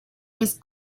was